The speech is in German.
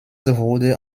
wurde